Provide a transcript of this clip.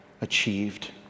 achieved